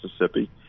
Mississippi